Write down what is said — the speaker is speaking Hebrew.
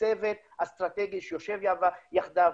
כצוות אסטרטגי שיושב יחדיו,